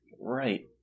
Right